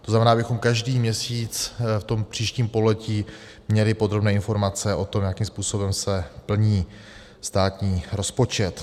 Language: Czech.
To znamená, abychom každý měsíc v tom příštím pololetí měli podrobné informace o tom, jakým způsobem se plní státní rozpočet.